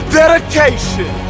dedication